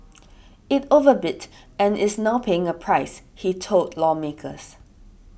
it overbid and is now paying a price he told lawmakers